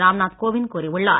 ராம் நாத் கோவிந்த் கூறியுள்ளார்